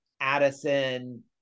Addison